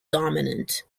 dominant